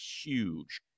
huge